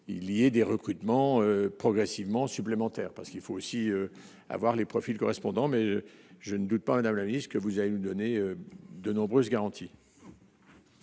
il y a des recrutements progressivement supplémentaire parce qu'il faut aussi avoir les profils correspondants, mais je ne doute pas madame la vie ce que vous allez nous donner de nombreuses garanties.